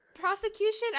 prosecution